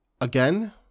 again